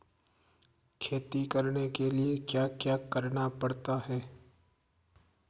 खेती करने के लिए क्या क्या करना पड़ता है?